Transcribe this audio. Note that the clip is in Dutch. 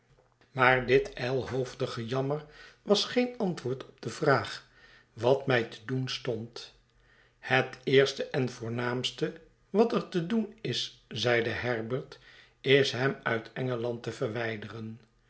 maar dit ijlhoofdig gejammer was geen antwoord op de vraag wat mij te doen stond het eerste en voornaamste wat er te doen is zeide herbert is hem uit engeland te verwijderen